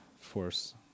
force